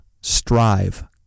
Strive